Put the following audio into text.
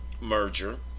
merger